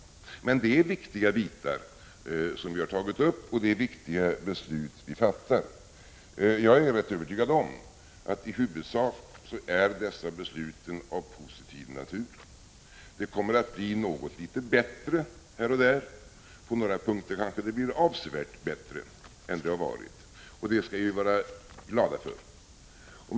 Det är alltså viktiga frågor som vi har tagit upp, och det är viktiga beslut som vi fattar. Jag är rätt övertygad om att dessa beslut i huvudsak är av positiv natur. Det kommer att bli något bättre här och där, och på några punkter kanske det blir avsevärt bättre än tidigare, och det skall vi vara glada för.